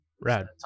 rad